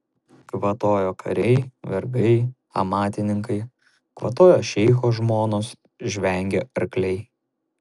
kvatojo kariai vergai amatininkai kvatojo šeicho žmonos žvengė arkliai